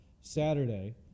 Saturday